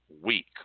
week